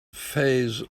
phase